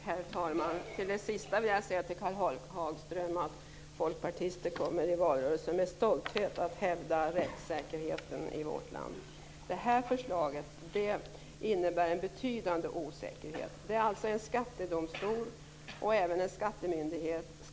Herr talman! Med anledning av det sista i Karl Hagströms anförande vill jag säga att folkpartister kommer i valrörelsen att med stolthet hävda rättssäkerheten i vårt land. Det här förslaget innebär en betydande osäkerhet. Det anser en skattedomstol och även en skattemyndighet.